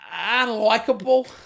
unlikable